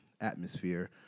atmosphere